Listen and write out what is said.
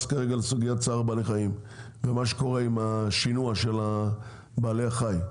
כרגע לסוגיית צער בעלי חיים ומה שקורה עם השינוע של בעלי החיים,